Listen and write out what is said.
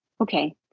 okay